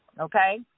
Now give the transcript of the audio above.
okay